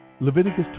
Leviticus